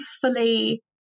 fully